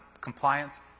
compliance